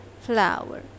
flower